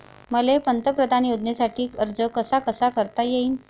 मले पंतप्रधान योजनेसाठी अर्ज कसा कसा करता येईन?